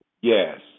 Yes